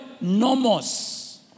nomos